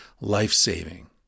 life-saving